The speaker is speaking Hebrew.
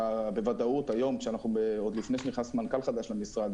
בוודאות היום עוד לפני שנכנס מנכ"ל חדש למשרד,